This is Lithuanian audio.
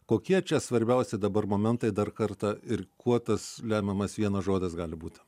kokie čia svarbiausi dabar momentai dar kartą ir kuo tas lemiamas vienas žodis gali būti